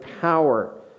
power